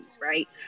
right